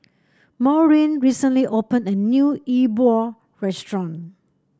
Maurine recently opened a new E Bua restaurant